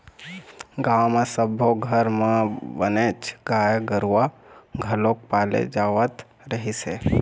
गाँव म सब्बो घर म बनेच गाय गरूवा घलोक पाले जावत रहिस हे